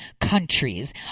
countries